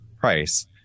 price